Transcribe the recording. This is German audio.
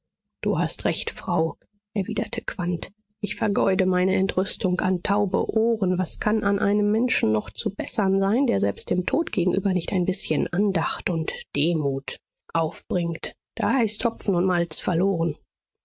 du hast recht frau erwiderte quandt ich vergeude meine entrüstung an taube ohren was kann an einem menschen noch zu bessern sein der selbst dem tod gegenüber nicht ein bißchen andacht und demut aufbringt da ist hopfen und malz verloren